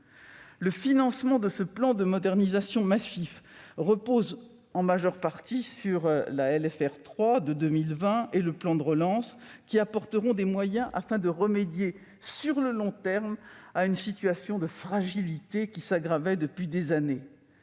Le financement de ce plan de modernisation massif repose en majeure partie sur la LFR 3 de 2020 et le plan de relance, qui apporteront des moyens afin de remédier sur le long terme à une situation de fragilité qui s'aggravait depuis des années.